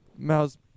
mouse